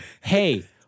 Hey